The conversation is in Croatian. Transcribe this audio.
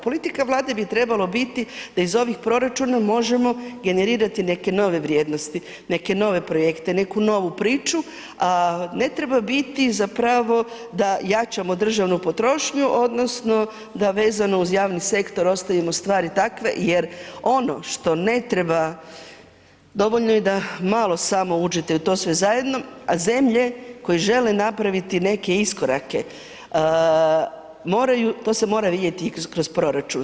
Politika Vlade bi trebalo biti da iz ovih proračuna možemo generirati neke nove vrijednosti, neke nove projekte, neku novu priču a ne treba biti zapravo da jačamo državnu potrošnju odnosno da vezano uz javni sektor ostavimo stvari takve jer ono što ne treba dovoljno je da malo samo uđete u to sve zajedno a zemlje koje žele napraviti neke iskorake moraju, to se mora vidjeti i kroz proračun.